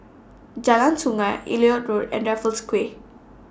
Jalan Sungei Elliot Road and Raffles Quay